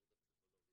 הסתדרות הפסיכולוגים.